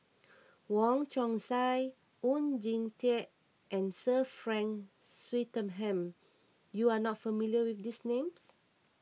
Wong Chong Sai Oon Jin Teik and Sir Frank Swettenham you are not familiar with these names